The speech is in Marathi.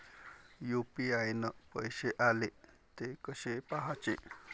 यू.पी.आय न पैसे आले, थे कसे पाहाचे?